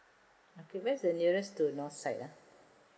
okay where is the nearest to north side ah